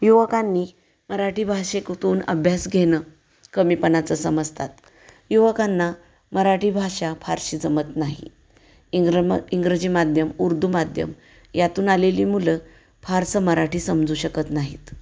युवकांनी मराठी भाषेतून अभ्यास घेणं कमीपणाचं समजतात युवकांना मराठी भाषा फारशी जमत नाही इंग्रम इंग्रजी माध्यम उर्दू माध्यम यातून आलेली मुलं फारसं मराठी समजू शकत नाहीत